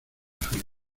feliz